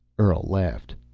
earl laughed.